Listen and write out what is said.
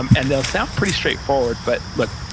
um and they'll sound pretty straight forward. but look,